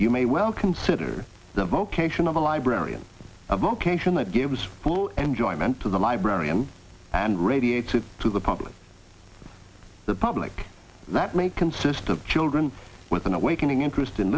you may well consider the vocation of a librarian a vocation that gives full enjoyment to the librarian and radiated to the public the public that may consist of children with an awakening interest in